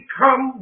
come